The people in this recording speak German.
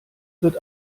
wird